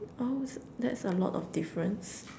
oh that's a lot of difference